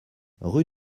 rue